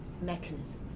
mechanisms